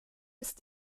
ist